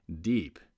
Deep